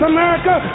America